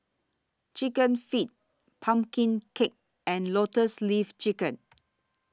Chicken Feet Pumpkin Cake and Lotus Leaf Chicken